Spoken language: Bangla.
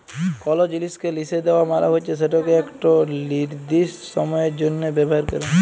কল জিলিসকে লিসে দেওয়া মালে হচ্যে সেটকে একট লিরদিস্ট সময়ের জ্যনহ ব্যাভার ক্যরা